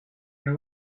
now